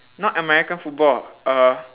not american football err